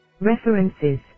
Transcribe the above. References